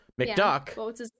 mcduck